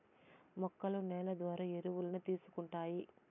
మొక్కలు నేల ద్వారా ఎరువులను తీసుకుంటాయి